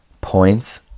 points